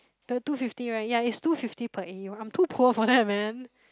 thirty two fifty right ya it's two fifty per A_U I'm too poor for that man